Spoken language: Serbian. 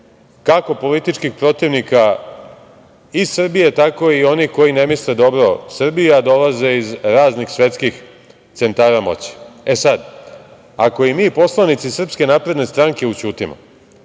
kako političkih protivnika iz Srbije, tako i onih koji ne misle dobro Srbiji a dolaze iz raznih svetskih centara moći.E sada, ako i mi poslanici SNS, ućutimo,